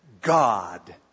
God